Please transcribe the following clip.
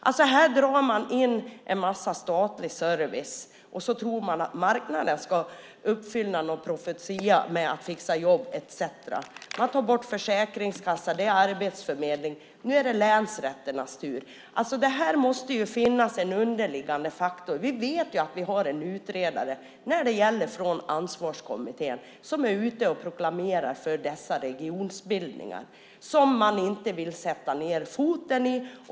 Man drar in en massa statlig service och tror att marknaden ska uppfylla någon profetia med att fixa jobb etcetera. Man tar bort försäkringskassa och arbetsförmedling. Nu är det länsrätternas tur. Det måste finnas en underliggande faktor. Vi har en utredare från Ansvarskommittén som är ute och proklamerar för dessa regionbildningar. Man vill inte sätta ned foten.